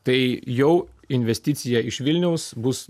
tai jau investicija iš vilniaus bus